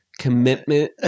commitment